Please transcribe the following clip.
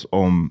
om